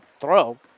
throw